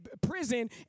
prison